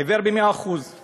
עיוור ב-100%;